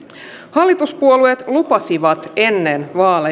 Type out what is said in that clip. hallituspuolueet lupasivat ennen